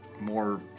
More